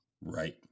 Right